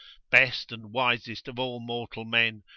best and wisest of all mortal men,